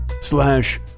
slash